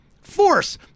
Force